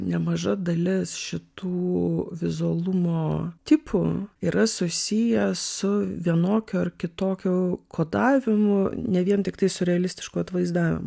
nemaža dalis šitų vizualumo tipų yra susijęs su vienokiu ar kitokiu kodavimu ne vien tiktai su realistišku atvaizdavimu